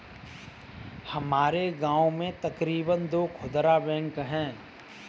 हमारे गांव में तकरीबन दो खुदरा बैंक है